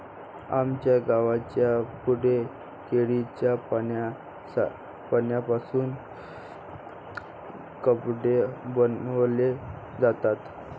आमच्या गावाच्या पुढे केळीच्या पानांपासून कपडे बनवले जातात